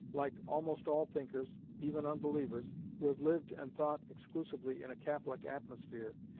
like almost all thinkers, even unbelievers, who have lived and thought exclusively in a catholic atmosphere,